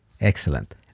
Excellent